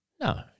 No